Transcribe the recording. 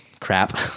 crap